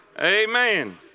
Amen